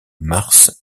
mars